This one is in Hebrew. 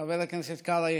חבר הכנסת קרעי,